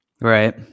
Right